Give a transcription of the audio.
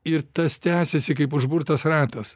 ir tas tęsiasi kaip užburtas ratas